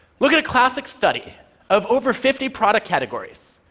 look at a classic study of over fifty product categories,